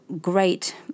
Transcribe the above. great